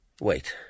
Wait